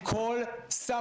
וכל זה בשביל